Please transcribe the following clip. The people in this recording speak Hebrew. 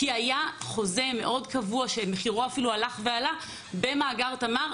כי היה חוזה מאוד קבוע של חברת חשמל שמחירו אפילו הלך ועלה במאגר תמר,